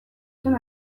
zen